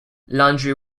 laundry